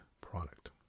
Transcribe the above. product